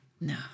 No